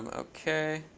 ok.